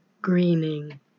greening